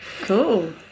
Cool